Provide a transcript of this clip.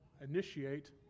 initiate